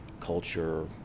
culture